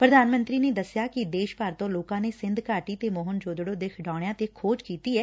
ਪ੍ਰਧਾਨ ਮੰਤਰੀ ਨੇ ਦਸਿਆ ਕਿ ਦੇਸ਼ ਭਰ ਤੋ ਲੋਕਾ ਨੇ ਸਿੰਧ ਘਾਟੀ ਤੇ ਮੋਹਨ ਜੌਦੜੋ ਦੇ ਖਿਡੌਣਿਆ ਤੇ ਖੋਜ ਕੀਤੀ ਐ